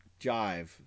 jive